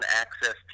Access